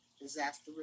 disaster